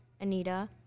Anita